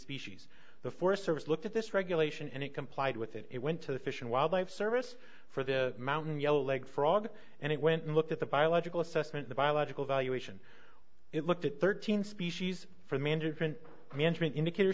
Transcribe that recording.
species the forest service looked at this regulation and it complied with it it went to the fish and wildlife service for the mountain yellow leg frog and it went and looked at the biological assessment the biological valuation it looked at thirteen species for management management indicator